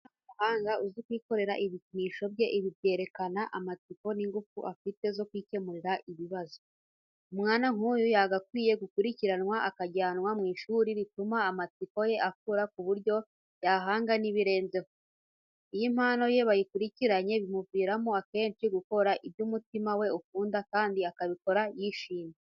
Umwana w'umuhanga uzi kwikorera ibikinisho bye, ibi byerekana amatsiko n'ingufu afite zo kwikemurira ibibazo. Umwana nk'uyu yagakwiye gukurikiranwa akajyanwa mu ishuri rituma amatsiko ye akura ku buryo yahanga n'ibirenzeho. Iyo impano ye bayikurikiranye bimuviramo akenshi gukora ibyo umutima we ukunda kandi akabikora yishimye.